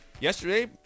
yesterday